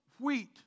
wheat